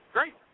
Great